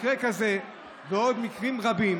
מקרה כזה, ועוד מקרים רבים